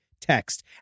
text